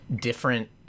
different